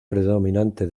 predominante